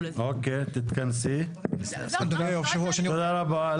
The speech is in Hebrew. תודה רבה.